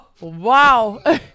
Wow